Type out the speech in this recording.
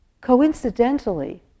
Coincidentally